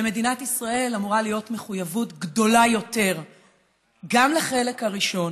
אבל למדינת ישראל אמורה להיות מחויבות גדולה יותר גם לחלק הראשון,